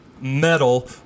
metal